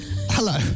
Hello